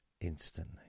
instantly